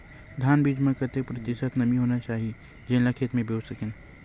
धान बीज म कतेक प्रतिशत नमी रहना चाही जेन ला खेत म बो सके?